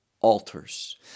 altars